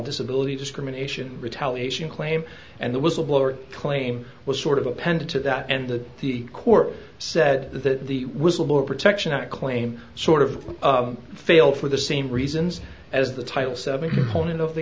disability discrimination retaliation claim and the whistleblower claim was sort of appended to that and the the court said that the whistleblower protection act claim sort of failed for the same reasons as the title seven honan of the